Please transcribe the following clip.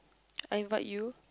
I invite you